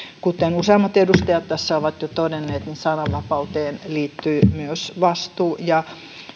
kuten useammat edustajat tässä ovat jo todenneet niin sananvapauteen liittyy myös vastuu ja